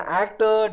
actor